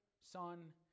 Son